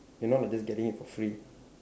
you're not like just getting it for free